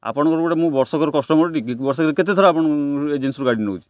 ଆପଣଙ୍କର ଗୋଟେ ମୁଁ ବର୍ଷକର କଷ୍ଟମର ଟି ବର୍ଷେକରେ କେତେ ଥର ଆପଣ ଏଜେନ୍ସିରୁ ଗାଡ଼ି ନଉଛି